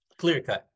Clearcut